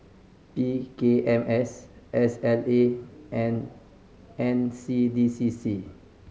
P K M S S L A and N C D C C